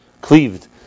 cleaved